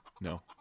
No